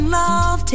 love